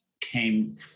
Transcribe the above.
came